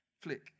Flick